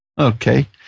Okay